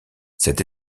cette